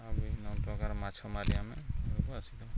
ଆଉ ବିଭିନ୍ନ ପ୍ରକାର ମାଛ ମାରି ଆମେ ଘରକୁ ଆସିଥାଉ